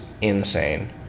insane